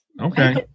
Okay